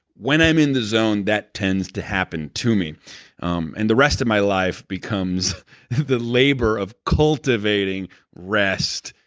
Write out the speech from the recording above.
when i'm in the zone, that tends to happen to me um and the rest of my life becomes the labor of cultivating rest,